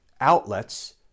outlets